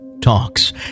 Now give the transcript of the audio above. Talks